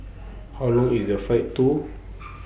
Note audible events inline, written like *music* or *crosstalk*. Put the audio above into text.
How Long IS The Flight to *noise*